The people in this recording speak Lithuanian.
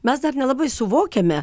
mes dar nelabai suvokiame